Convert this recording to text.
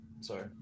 Sorry